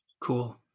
Cool